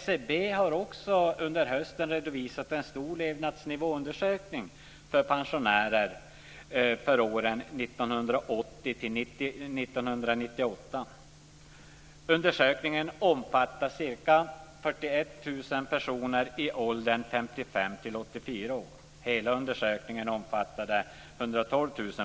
SCB har också under hösten redovisat en stor levnadsnivåundersökning för pensionärer för åren 1980 112 000